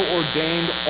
ordained